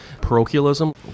parochialism